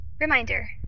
Reminder